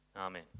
Amen